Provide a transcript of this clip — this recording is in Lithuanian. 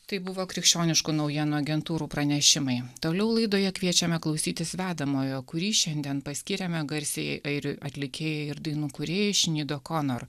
tai buvo krikščioniškų naujienų agentūrų pranešimai toliau laidoje kviečiame klausytis vedamojo kurį šiandien paskyrėme garsiajai airių atlikėjai ir dainų kūrėjai šnido konor